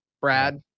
Brad